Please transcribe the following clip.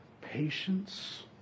patience